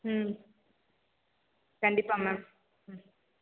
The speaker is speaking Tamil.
ம்ம் கண்டிப்பாக மேம் ம்ம்